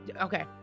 Okay